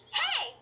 hey